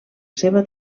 seva